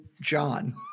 John